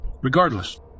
Regardless